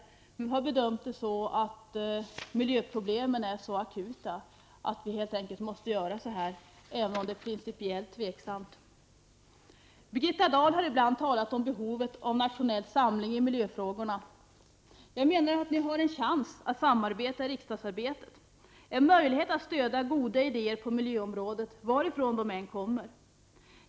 Miljöpartiet har bedömt det så att miljöproblemen är så akuta, att vi helt enkelt måste göra på det här sättet, även om det principiellt är tveksamt. Birgitta Dahl har ibland talat om behovet av nationell samling i miljöfrågorna. Jag menar att ni har en chans att samarbeta i riksdagsarbetet, en möjlighet att stödja goda idéer på miljöområdet varifrån de än kommer.